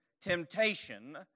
temptation